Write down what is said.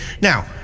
now